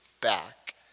back